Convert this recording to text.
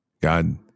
God